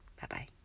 Bye-bye